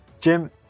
Jim